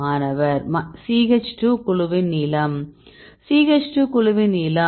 மாணவர் CH2 குழுவின் நீளம் CH 2 குழுவின் நீளம்